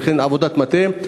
ולכן, עבודת מטה,